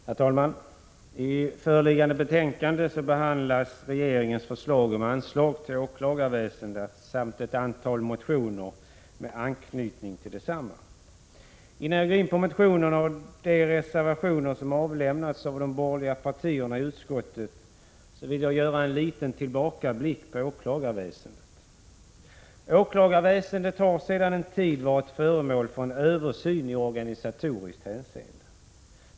Herr talman! I föreliggande betänkande behandlas regeringens förslag om anslag till åklagarväsendet samt ett antal motioner med anknytning till åklagarväsendet. Innan jag går in på motionerna och de reservationer som avlämnats av de borgerliga partierna i utskottet vill jag göra en liten tillbakablick på åklagarväsendet. Åklagarväsendet har sedan en tid varit föremål för en översyn i organisatoriskt hänseende.